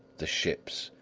the ships,